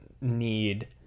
need